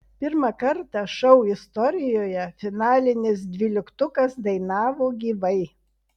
pirmą kartą šou istorijoje finalinis dvyliktukas dainavo gyvai